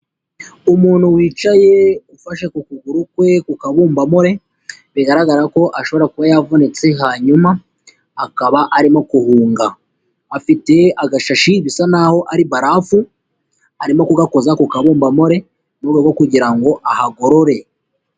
Umuntu wicaye ufashe ku kuguru kwe kukabumbamore bigaragara ko ashobora kuba yavunitse hanyuma akaba arimo kuhunga, afite agashashi bisa na ho ari barafu, arimo kugakoza ku kabumbamore mu rwego rwo kugira ngo ahagorore.